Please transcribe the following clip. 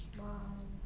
!wow!